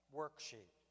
worksheet